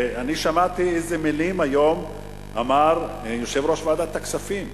שמעתי איזה מלים אמר היום יושב-ראש ועדת הכספים.